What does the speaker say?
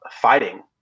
fighting